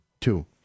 two